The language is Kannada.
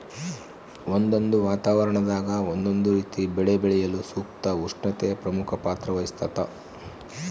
ಒಂದೊಂದು ವಾತಾವರಣದಾಗ ಒಂದೊಂದು ರೀತಿಯ ಬೆಳೆ ಬೆಳೆಯಲು ಸೂಕ್ತ ಉಷ್ಣತೆ ಪ್ರಮುಖ ಪಾತ್ರ ವಹಿಸ್ತಾದ